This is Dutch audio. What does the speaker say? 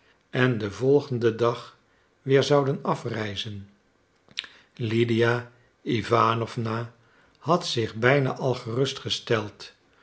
en den volgenden dag weer zouden afreizen lydia iwanowna had zich bijna al gerust gesteld